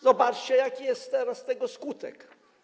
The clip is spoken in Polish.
Zobaczcie, jaki jest teraz tego skutek.